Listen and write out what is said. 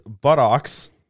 buttocks